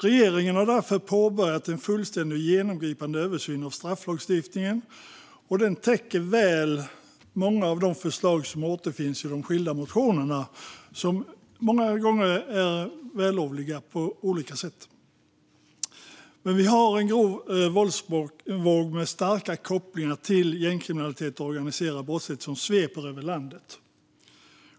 Regeringen har därför påbörjat en fullständig och genomgripande översyn av strafflagstiftningen. Den täcker väl många av de förslag som återfinns i de skilda motionerna, som många gånger är vällovliga på olika sätt. En grov våldsvåg med starka kopplingar till gängkriminalitet och organiserad brottslighet sveper över landet.